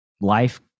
life